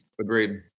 Agreed